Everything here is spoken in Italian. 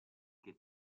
che